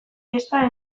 pieza